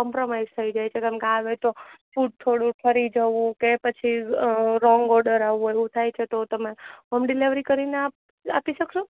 compromise થઇ જાય છે જેમકે આવે તો ફૂડ થોડું ઠરી જવું કે પછી રોંગ ઓડર આવવો એવું થાય છે તો તમે હોમ ડિલિવરી કરીને આપ આપી સકશો